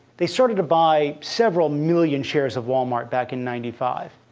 they started to buy several million shares of walmart back in ninety five.